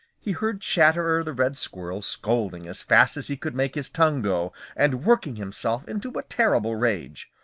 he heard chatterer the red squirrel scolding as fast as he could make his tongue go and working himself into a terrible rage.